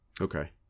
Okay